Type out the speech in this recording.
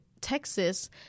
Texas